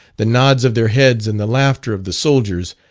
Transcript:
the nods of their heads, and the laughter of the soldiers,